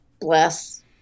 bless